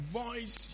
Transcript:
voice